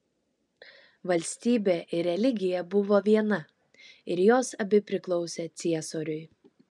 valstybė ir religija buvo viena ir jos abi priklausė ciesoriui